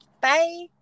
Bye